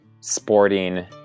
sporting